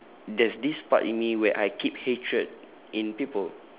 there's this part in me where I keep hatred in people